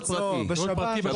בשב"ן.